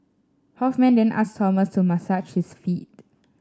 Hoffman then asked Thomas to massage his feet